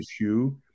issue